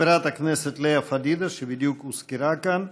חברת הכנסת לאה פדידה, שבדיוק הוזכרה כאן,